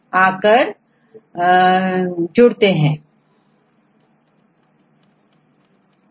तो एंजाइम की क्रिया substrate पर होती है प्रोडक्ट का निर्माण होता है